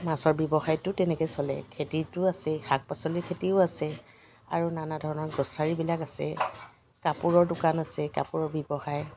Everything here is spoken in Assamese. মাছৰ ব্যৱসায়টো তেনেকৈ চলে খেতিটো আছেই শাক পাচলি খেতিও আছে আৰু নানা ধৰণৰ গ্ৰ'চাৰীবিলাক আছে কাপোৰৰ দোকান আছে কাপোৰৰ ব্যৱসায়